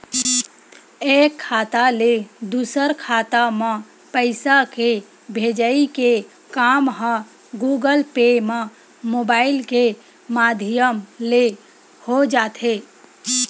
एक खाता ले दूसर खाता म पइसा के भेजई के काम ह गुगल पे म मुबाइल के माधियम ले हो जाथे